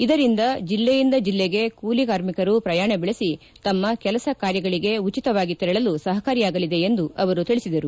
ಇದರಿಂದ ಜಿಲ್ಲೆಯಿಂದ ಜಿಲ್ಲೆಗೆ ಕೂಲಿ ಕಾರ್ಮಿಕರು ಪ್ರಯಾಣ ಬೆಳೆಸಿ ತಮ್ಮ ಕೆಲಸ ಕಾರ್ಯಗಳಿಗೆ ಉಚಿತವಾಗಿ ತೆರಳಲು ಸಹಕಾರಿಯಾಗಲಿದೆ ಎಂದು ತಿಳಿಸಿದರು